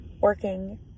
working